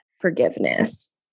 forgiveness